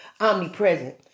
Omnipresent